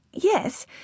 Yes